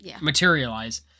materialize